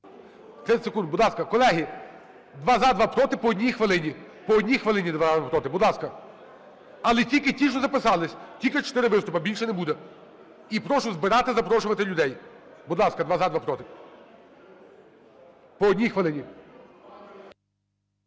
30 секунд, будь ласка. Колеги, два – за, два – проти – по одній хвилині. По одній хвилині: два – за, два – проти. Будь ласка. Але тільки ті, що записалися, тільки чотири виступи, більше не буде. І прошу збирати, запрошувати людей. Будь ласка, два – за, два – проти. По одній хвилині.